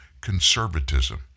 conservatism